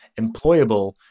employable